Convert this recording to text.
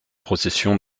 procession